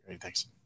Thanks